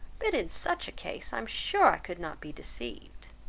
but in such a case i am sure i could not be deceived.